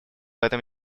этом